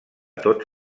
tots